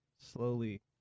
slowly